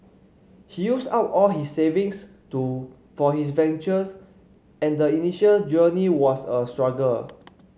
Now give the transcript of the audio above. he used up all his savings to for his ventures and the initial journey was a struggle